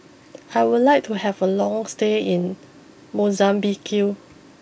I would like to have a long stay in Mozambique